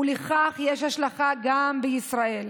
ולכך יש השלכה גם בישראל.